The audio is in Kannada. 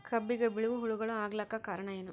ಕಬ್ಬಿಗ ಬಿಳಿವು ಹುಳಾಗಳು ಆಗಲಕ್ಕ ಕಾರಣ?